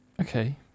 okay